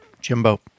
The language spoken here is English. Jimbo